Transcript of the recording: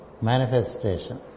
manifestation